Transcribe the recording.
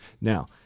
Now